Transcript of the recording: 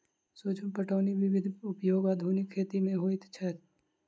सूक्ष्म पटौनी विधिक उपयोग आधुनिक खेती मे होइत अछि